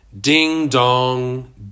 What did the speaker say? ding-dong